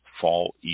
fall